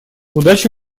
удачи